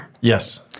yes